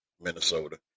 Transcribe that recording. Minnesota